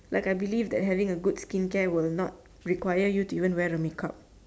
like I believe that having a good skincare will not require you to even wear the make up